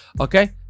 okay